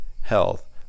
health